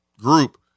group